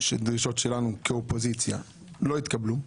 דרישות שלנו כאופוזיציה לא התקבלו.